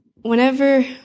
whenever